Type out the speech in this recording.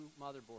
motherboard